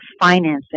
Financing